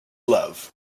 love